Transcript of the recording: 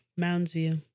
Moundsview